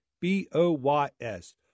B-O-Y-S